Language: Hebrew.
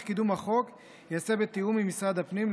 קידום החוק ייעשה בתיאום עם משרד הפנים,